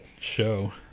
show